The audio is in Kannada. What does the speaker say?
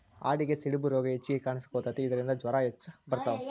ಆಡಿಗೆ ಸಿಡುಬು ರೋಗಾ ಹೆಚಗಿ ಕಾಣಿಸಕೊತತಿ ಇದರಿಂದ ಜ್ವರಾ ಹೆಚ್ಚ ಬರತಾವ